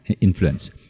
influence